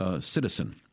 citizen